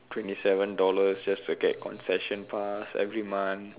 twenty seven dollars just to get concession pass every month